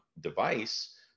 device